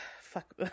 fuck